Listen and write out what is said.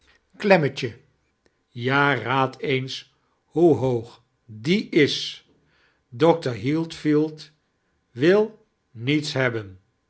oleinnietje ja raad eens hoe hoog die is dokter heathfield wil niets hebben